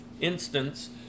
instance